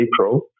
April